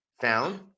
found